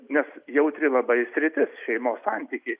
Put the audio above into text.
nes jautri labai sritis šeimos santykiai